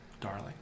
darling